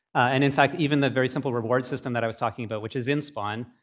and in fact, even the very simple reward system that i was talking about, which is in spaun,